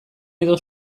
edo